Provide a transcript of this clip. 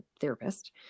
therapist